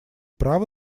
право